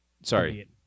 sorry